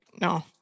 no